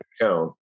account